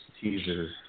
teaser